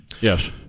Yes